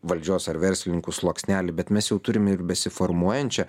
valdžios ar verslininkų sluoksnelį bet mes jau turim ir besiformuojančią